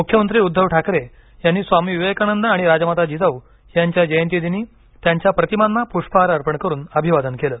मुख्यमंत्री उद्धव ठाकरे यांनी स्वामी विवेकानंद आणि राजमाता जिजाऊ यांच्या जयंतीदिनी त्यांच्या प्रतिमांना पुष्पहार अर्पण करून अभिवादन केलं